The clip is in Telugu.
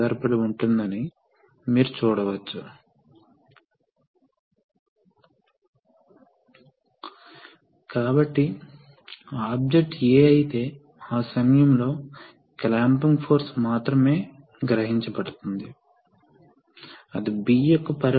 ఇక్కడ సర్క్యూట్ ఉంది ఇది చాలా సులభం మళ్ళీ పంప్ నుండి ప్రారంభించండి కాబట్టి ఇక్కడ పంపు ఫిల్టర్ డ్రెయిన్ లైన్ ఇది రిలీఫ్ వాల్వ్ ఇది సాధారణంగా పంప్ ఓవర్లోడ్ రక్షణ కోసం ఉపయోగిస్తారు